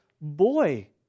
boy